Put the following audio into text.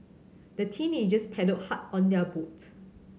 the teenagers paddled hard on their boat